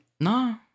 No